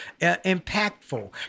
impactful